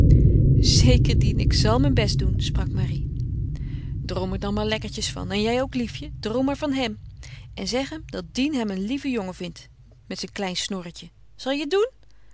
zeker dien ik zal mijn best doen sprak marie droom er dan maar lekkertjes van en jij ook liefje droom maar van hem en zeg hem dat dien hem een lieven jongen vindt met zijn klein snorretje zal je het doen